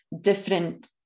different